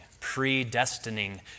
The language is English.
predestining